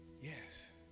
yes